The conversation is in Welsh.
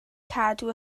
cadw